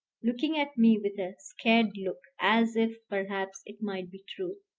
looking at me with a scared look, as if perhaps it might be true.